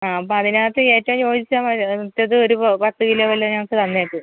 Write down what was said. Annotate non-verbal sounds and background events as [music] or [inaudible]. ആ അപ്പം അതിനകത്ത് [unintelligible] മറ്റേത് ഒരു പത്ത് കിലോ വല്ലതും ഞങ്ങൾക്ക് തന്നേക്ക്